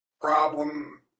problem